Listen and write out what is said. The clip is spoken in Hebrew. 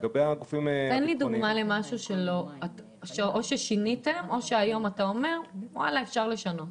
תן לי דוגמה למשהו ששיניתם או שאתה חושב שאפשר לשנות.